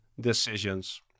decisions